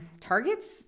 Target's